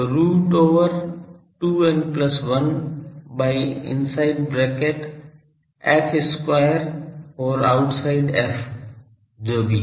तो root over 2 n plus 1 by inside bracket f square or outside f जो भी